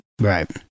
Right